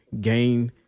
gain